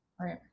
right